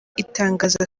itangaza